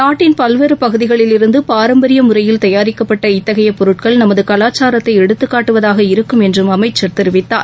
நாட்டின் பல்வேறு பகுதிகளில் இருந்து பாரம்பரிய முறையில் தயாரிக்கப்பட்ட இத்தகைய பொருட்கள் நமது கலாச்சாரத்தை எடுத்துக் காட்டுவதாக இருக்கும் என்றும் அமைச்சர் தெரிவித்தார்